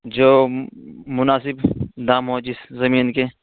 جو مناسب دام ہو جس زمین کی